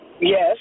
Yes